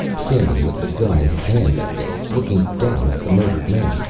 standing with the gun in his hand that day, looking down at the murdered man,